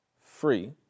free